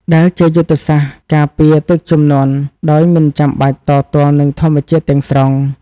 ដែលជាយុទ្ធសាស្ត្រការពារទឹកជំនន់ដោយមិនចាំបាច់តទល់នឹងធម្មជាតិទាំងស្រុង។